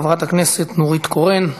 חברת הכנסת נורית קורן.